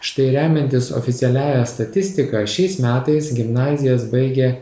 štai remiantis oficialiąja statistika šiais metais gimnazijas baigė